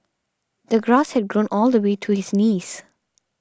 the grass had grown all the way to his knees